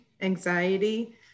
anxiety